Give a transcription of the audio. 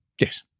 Yes